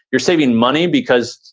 you're saving money because,